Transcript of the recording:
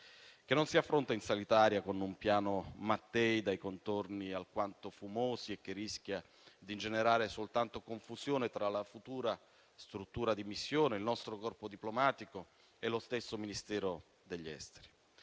che non si affronta in solitaria con un Piano Mattei dai contorni alquanto fumosi, che rischia di generare soltanto confusione tra la futura struttura di missione, il nostro corpo diplomatico e lo stesso Ministero degli esteri,